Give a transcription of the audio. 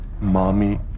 Mommy